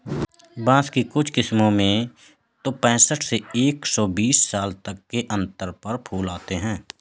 बाँस की कुछ किस्मों में तो पैंसठ से एक सौ बीस साल तक के अंतर पर फूल आते हैं